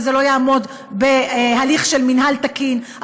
וזה לא יעמוד בהליך של מינהל תקין,